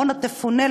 עמונה תפונה,